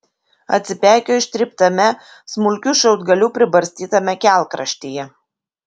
atsipeikėjo ištryptame smulkių šiaudgalių pribarstytame kelkraštyje